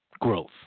growth